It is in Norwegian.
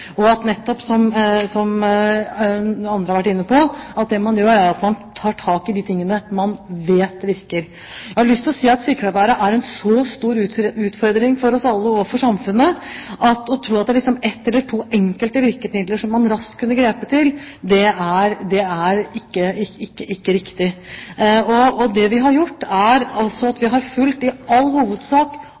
og at det man gjør, som andre har vært inne på, nettopp er at man tar tak i de tingene man vet virker. Jeg har lyst til å si at sykefraværet er en så stor utfordring for oss alle og for samfunnet, at å tro at det er ett eller to virkemidler som man raskt kunne grepet til, det er ikke riktig. Det vi har gjort, er at vi i all hovedsak har fulgt alle anbefalingene fra det ekspertutvalget som ble satt ned, og som er